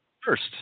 first